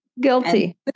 Guilty